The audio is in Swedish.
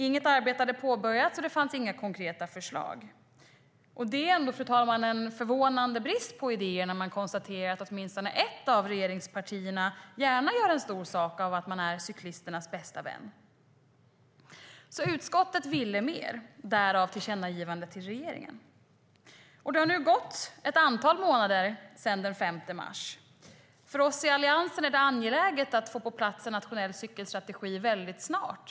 Inget arbete hade påbörjats, och det fanns inga konkreta förslag. Detta är ändå en förvånande brist på idéer när man konstaterar att åtminstone ett av regeringspartierna gärna gör en stor sak av att man är cyklisternas bästa vän. Utskottet ville alltså mer, därav tillkännagivandet till regeringen. Det har nu gått ett antal månader sedan den 5 mars. För oss i Alliansen är det angeläget att få på plats en nationell cykelstrategi väldigt snart.